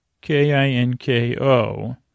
K-I-N-K-O